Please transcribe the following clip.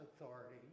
authority